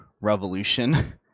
revolution